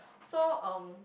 so um